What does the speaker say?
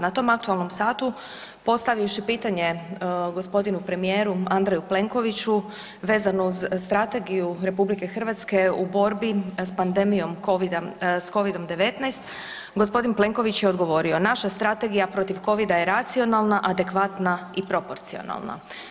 Na tom aktualnom satu postavivši pitanje gospodinu premijeru Andreju Plenkoviću vezano uz Strategiju RH u borbi s pandemijom s covidom-19 gospodin Plenković je odgovorio „Naša strategija protiv covida je racionalna, adekvatna i proporcionalna“